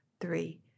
three